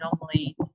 normally